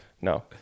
no